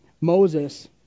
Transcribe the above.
Moses